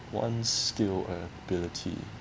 one skill or ability